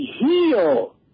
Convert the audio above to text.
heal